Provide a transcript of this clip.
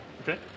Okay